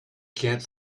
can’t